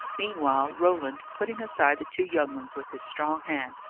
meanwhile, roland, putting aside the two young ones with his strong hand,